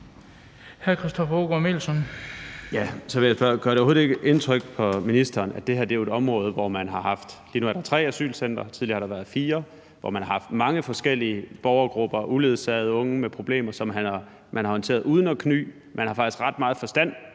Så vil jeg spørge: Gør det overhovedet ikke indtryk på ministeren, at det her jo er et område – lige nu er der tre asylcentre, og tidligere har der været fire – hvor man har haft mange forskellige borgergrupper, bl.a. uledsagede unge med problemer, som man har håndteret uden at kny? Man har faktisk ret meget forstand